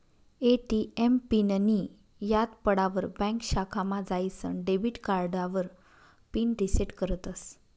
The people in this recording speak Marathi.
ए.टी.एम पिननीं याद पडावर ब्यांक शाखामा जाईसन डेबिट कार्डावर पिन रिसेट करतस